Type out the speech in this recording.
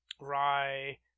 rye